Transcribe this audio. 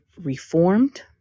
reformed